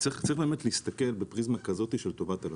צריך להסתכל בפריזמה כזאת של טובת הלקוח.